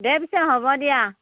দে পিছে হ'ব দিয়া